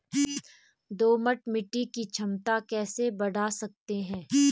दोमट मिट्टी की क्षमता कैसे बड़ा सकते हैं?